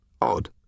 Odd